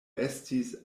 estis